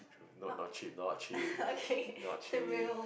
not not cheap not cheap not cheap